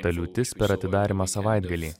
ta liūtis per atidarymą savaitgalį